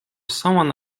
someone